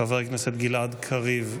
חבר הכנסת גלעד קריב,